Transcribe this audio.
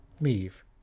leave